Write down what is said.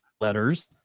letters